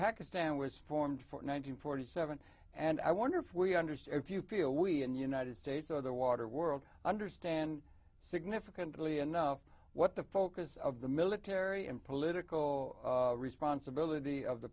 pakistan was formed for one hundred forty seven and i wonder if we understand if you feel we in united states or the waterworld understand significantly enough what the focus of the military and political responsibility of the